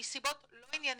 מסיבות לא ענייניות,